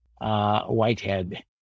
Whitehead